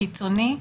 קיצוני,